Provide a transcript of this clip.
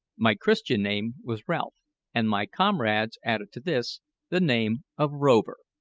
my christian name was ralph and my comrades added to this the name of rover,